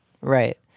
Right